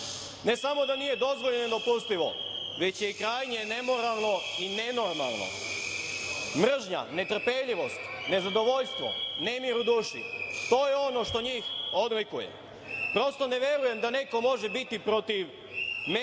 ne samo da nije dozvoljeno i nedopustivo, već je krajnje i nemoralno i nenormalno. Mržnja, netrpeljivost, nezadovoljstvo, nemir u duši, to je ono što njih odlikuje. Prosto, ne verujem da neko može biti protiv mera